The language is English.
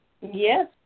Yes